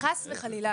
חס וחלילה.